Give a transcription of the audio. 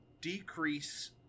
decrease